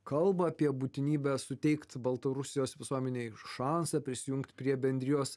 kalba apie būtinybę suteikt baltarusijos visuomenei šansą prisijungt prie bendrijos